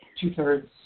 two-thirds